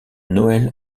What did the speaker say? noël